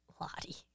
lottie